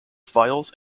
files